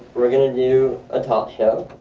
we're gonna do a talk show